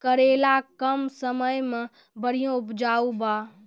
करेला कम समय मे बढ़िया उपजाई बा?